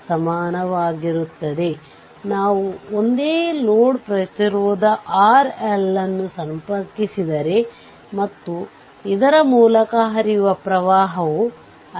ಆದ್ದರಿಂದ linear 2 terminal circuit ಎಲ್ಲಾ ಮೂಲಗಳನ್ನು ಹಾಗೇ ಇಟ್ಟುಕೊಂಡು ಪರಿಹರಿಸಬೇಕಾಗಿದೆ